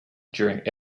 during